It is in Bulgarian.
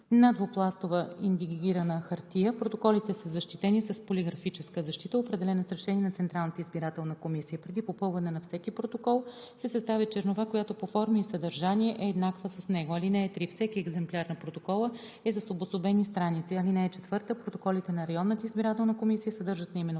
на двупластова индигирана хартия. Протоколите са защитени с полиграфическа защита, определена с решение на Централната избирателна комисия. Преди попълване на всеки протокол се съставя чернова, която по форма и съдържание е еднаква с него. (3) Всеки екземпляр на протокола е с обособени страници. (4) Протоколите на районната избирателна комисия съдържат наименованията